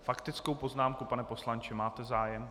Faktickou poznámku, pane poslanče, máte zájem?